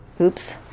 oops